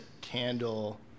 candle